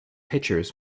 pitchers